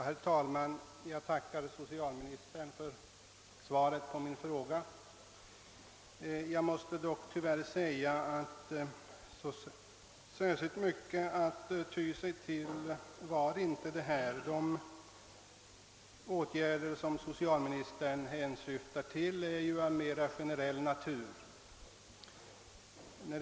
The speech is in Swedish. Herr talman! Jag tackar socialministern för svaret på min fråga. Jag måste dock tyvärr säga att det inte gav särskilt mycket att ta fasta på. De åtgärder som socialministern redovisar är ju av mera generell natur.